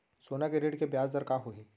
सोना के ऋण के ब्याज दर का होही?